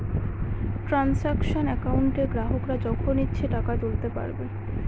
transaction একাউন্টে গ্রাহকরা যখন ইচ্ছে টাকা তুলতে পারবে